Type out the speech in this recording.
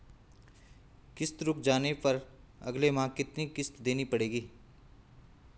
किश्त रुक जाने पर अगले माह कितनी किश्त देनी पड़ेगी?